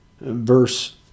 Verse